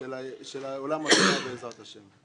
של עולם התורה בעזרת השם.